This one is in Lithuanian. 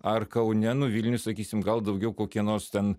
ar kaune nu vilniuj sakysim gal daugiau kokie nors ten